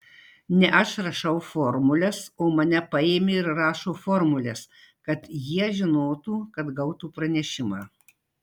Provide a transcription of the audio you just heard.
ne aš rašau formules o mane paėmė ir rašo formules kad jie žinotų kad gautų pranešimą